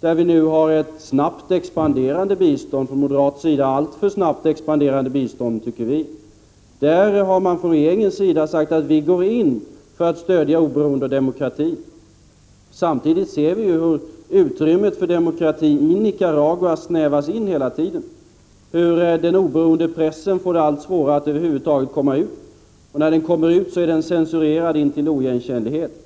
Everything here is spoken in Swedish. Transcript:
där vi nu har ett snabbt expanderande bistånd — ett alltför expanderande bistånd, tycker vi från moderat sida. Regeringen har sagt att vi går in för att stödja oberoende demokrati. Samtidigt ser vi hur utrymmet för demokratin i Nicaragua snävas in hela tiden. Den oberoende pressen får svårare att över huvud taget komma ut, och när den kommer ut är den censurerad intill oigenkännlighet.